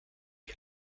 wie